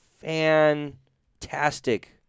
fantastic